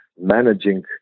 managing